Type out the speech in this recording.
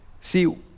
See